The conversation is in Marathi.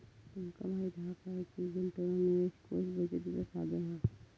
तुमका माहीत हा काय की गुंतवणूक निवेश कोष बचतीचा साधन हा